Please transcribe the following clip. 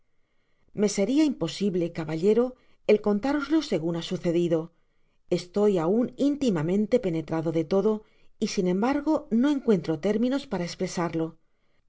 me seria imposible caballero el contároslo segun ha sucedido estoy aun intimamente penetrado de todo y sin embargo no encuentro términos para espresarlo